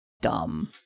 dumb